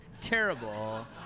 Terrible